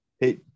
Hey